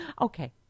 Okay